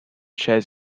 shares